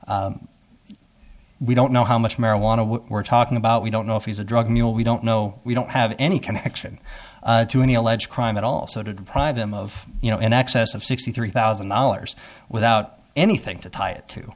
we don't know how much marijuana we're talking about we don't know if he's a drug mule we don't know we don't have any connection to any alleged crime but also to deprive them of you know in excess of sixty three thousand dollars without anything to tie it